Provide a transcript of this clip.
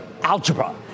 algebra